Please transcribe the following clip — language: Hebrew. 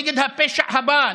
נגד הפשע הבא,